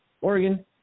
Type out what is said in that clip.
Oregon